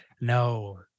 No